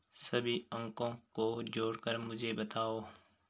सभी अंकों को जोड़कर मुझे बताओ